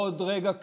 בעוד רגע קט,